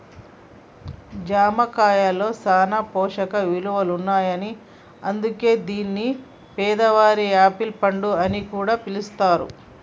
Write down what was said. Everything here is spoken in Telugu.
జామ కాయలో సాన పోషక ఇలువలుంటాయని అందుకే దీన్ని పేదవాని యాపిల్ పండు అని పిలుస్తారు